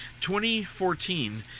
2014